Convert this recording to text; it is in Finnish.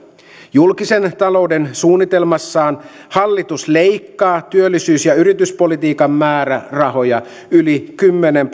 julkisen talouden suunnitelmassaan hallitus leikkaa työllisyys ja yrityspolitiikan määrärahoja yli kymmenen